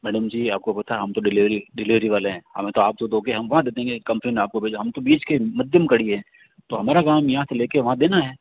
madam ji आपको पता है हम तो डिलीवरी डिलीवरी वाले हैं हमें तो आप जो दोंगे हम वहाँ दे देंगे कंपनी ने आपको भेजा हम तो बीच के मध्यम कड़ी हैं तो हमारा काम यहाँ से ले के वहाँ देना है